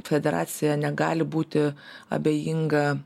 federacija negali būti abejinga